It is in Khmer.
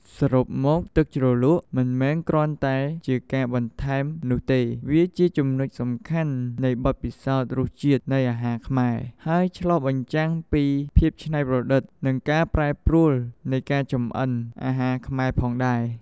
សរុបមក ទឹកជ្រលក់មិនមែនគ្រាន់តែជាការបន្ថែមនោះទេ វាជាចំណុចសំខាន់នៃបទពិសោធន៍រសជាតិនៃអាហារខ្មែរ ហើយឆ្លុះបញ្ចាំងពីភាពច្នៃប្រឌិត និងការប្រែប្រួលនៃការចម្អិនអាហារខ្មែរផងដែរ។